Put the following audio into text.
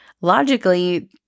logically